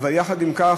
אבל יחד עם כך,